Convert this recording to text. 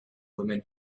women